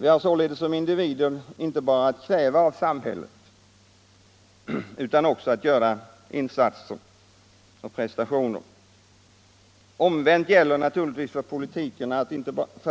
Vi skall således som individer inte bara kräva av samhället utan också själva göra insatser. Omvänt gäller för